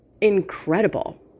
incredible